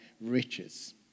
riches